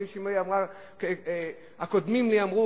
כפי שהקודמים לי אמרו.